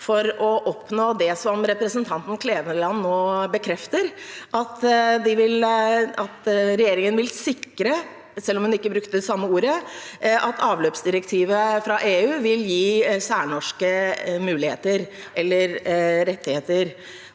for å oppnå det som representanten Kleveland nå bekrefter at regjeringen vil sikre, selv om hun ikke brukte det samme ordet: at avløpsdirektivet fra EU vil gi særnorske muligheter